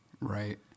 Right